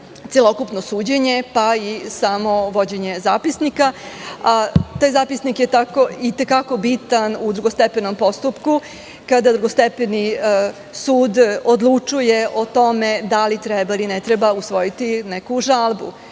celokupno suđenje, pa i samo vođenje zapisnika, a taj zapisnik je itekako bitan u drugostepenom postupku kada drugostepeni sud odlučuje o tome da li treba ili ne treba usvojiti neku žalbu.